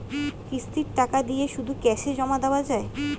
কিস্তির টাকা দিয়ে শুধু ক্যাসে জমা দেওয়া যায়?